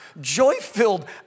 joy-filled